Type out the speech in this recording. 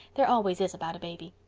there always is about a baby.